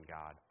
God